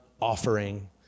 offering